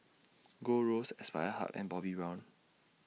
Gold Roast Aspire Hub and Bobbi Brown